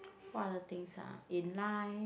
what other things ah in life